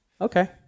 Okay